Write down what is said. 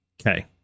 Okay